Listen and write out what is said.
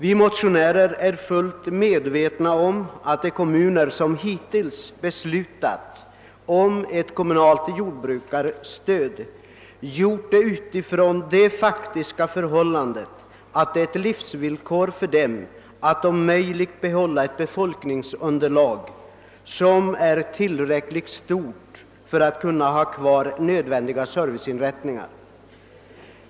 Vi motionärer är fullt medvetna om att de kommuner, som hittills beslutat om ett kommunalt jordbrukarstöd, gjort det utifrån det faktiska förhållandet att det är ett livsvillkor för dem att om möjligt behålla ett befolkningsunderlag som är tillräckligt stort för att kunna ha kvar nödvändiga serviceinrättningar.